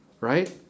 right